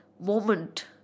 moment